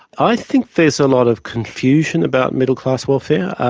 i think there's a lot of confusion about middle-class welfare.